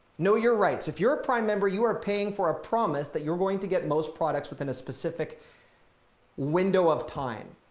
know your rights. if you're a prime member, you are paying for a promise that you're going to get most products within a specific window of time.